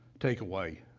takeaway,